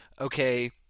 okay